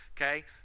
okay